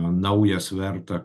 naują svertą